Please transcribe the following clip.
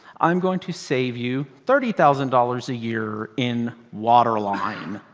i'm going to save you thirty thousand dollars a year in waterline.